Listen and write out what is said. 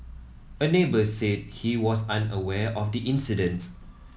a neighbour said he was unaware of the incident